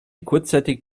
kurzzeitig